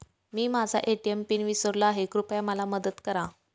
मी माझा ATM PIN विसरलो आहे, कृपया मला मदत करा